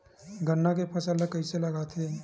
गन्ना के फसल ल कइसे लगाथे?